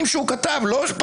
דברים שהוא כתב לא פרשנויות.